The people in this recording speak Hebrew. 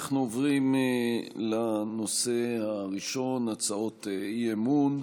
אנחנו עוברים לנושא הראשון, הצעות אי-אמון,